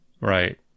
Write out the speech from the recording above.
Right